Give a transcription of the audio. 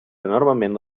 enormement